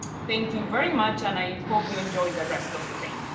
thank you very much, and i hope you enjoy the rest of the day.